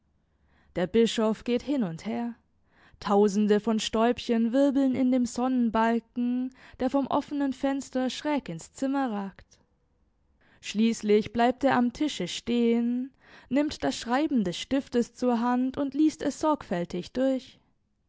der bischof geht hin und her tausende von stäubchen wirbeln in dem sonnenbalken der vom offenen fenster schräg ins zimmer ragt schließlich bleibt er am tische stehen nimmt das schreiben des stiftes zur hand und liest es sorgfältig durch